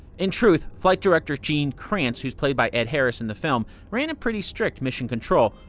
in truth, flight director gene kranz, who's played by ed harris in the film, ran a pretty strict mission control.